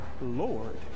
Lord